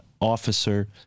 officer